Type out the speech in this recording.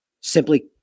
Simply